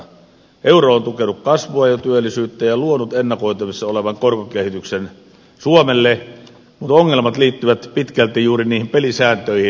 euro on tukenut kasvua ja työllisyyttä ja luonut ennakoitavissa olevan korkokehityksen suomelle mutta ongelmat liittyvät pitkälti juuri niihin pelisääntöihin